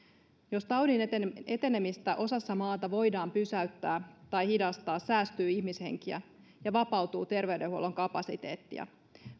jos taudin etenemistä osassa maata voidaan pysäyttää tai hidastaa säästyy ihmishenkiä ja vapautuu terveydenhuollon kapasiteettia